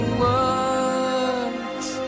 words